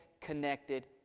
connected